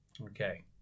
Okay